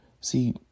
See